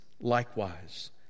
Likewise